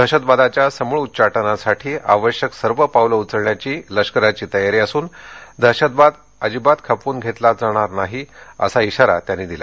दहशतवादाच्या समूळ उच्चाटनासाठी आवश्यक सर्व पावलं उचलण्याची लष्कराची तयारी असून दहशतवाद अजिबात खपवून घेतला जाणार नाही असा इशारा त्यांनी दिला